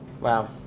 Wow